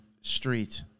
Street